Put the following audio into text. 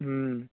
ହୁଁ